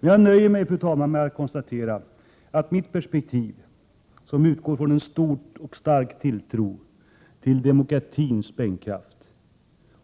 Men jag nöjer mig med att konstatera att mitt perspektiv, som utgår från en stor och stark tilltro till demokratins sprängkraft